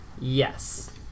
Yes